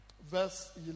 Verse